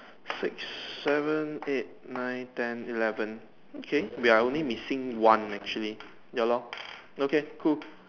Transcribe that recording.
six seven eight nine ten eleven okay we are only missing one actually ya lor okay cool